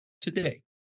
today